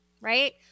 right